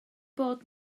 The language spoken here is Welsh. bod